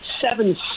seven